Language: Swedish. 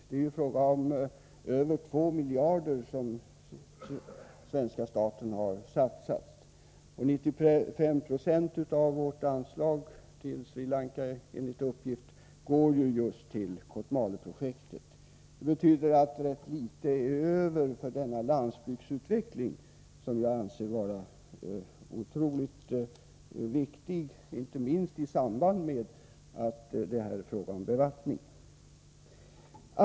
Det är fråga om ca 1,5 miljarder som svenska staten har satsat, och 95 96 av vårt anslag för bidrag till Sri Lanka går enligt uppgift till Kotmale-projektet. Det betyder att rätt litet är över för denna landsbygdsutveckling, som jag anser vara otroligt viktig, inte minst på grund av att det här är fråga om bevattning.